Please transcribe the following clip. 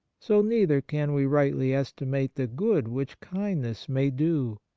so neither can we rightly estimate the good which kindness may do.